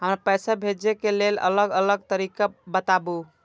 हमरा पैसा भेजै के लेल अलग अलग तरीका बताबु?